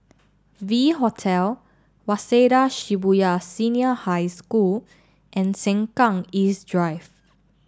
V Hotel Waseda Shibuya Senior High School and Sengkang East Drive